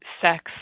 sex